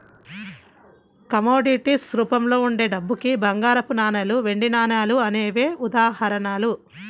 commodities రూపంలో ఉండే డబ్బుకి బంగారపు నాణాలు, వెండి నాణాలు అనేవే ఉదాహరణలు